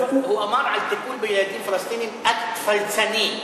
הוא אמר על טיפול בילדים פלסטינים: "אקט פלצני".